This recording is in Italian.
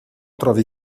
trovi